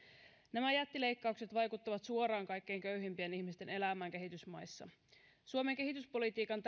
nämä jättileikkaukset vaikuttavat suoraan kaikkein köyhimpien ihmisten elämään kehitysmaissa suomen kehityspolitiikan